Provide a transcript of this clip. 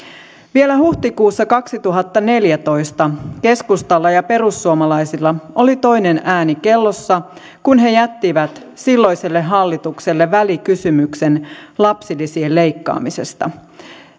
vielä huhtikuussa kaksituhattaneljätoista keskustalla ja perussuomalaisilla oli toinen ääni kellossa kun he jättivät silloiselle hallitukselle välikysymyksen lapsilisien leikkaamisesta